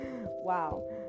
wow